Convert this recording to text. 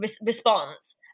response